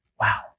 Wow